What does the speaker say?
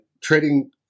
trading